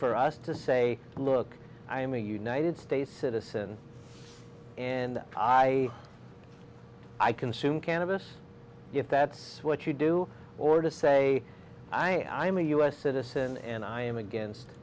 for us to say look i'm a united states citizen and i i consume cannabis if that's what you do or to say i am a us citizen and i am against